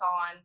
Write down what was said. on